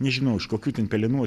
nežinau iš kokių ten pelenų